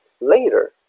later